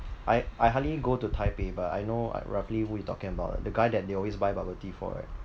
I I hardly go to Taipei but I know I roughly who you talking about the guy that they always buy bubble tea for right